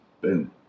Boom